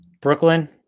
Brooklyn